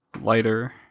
lighter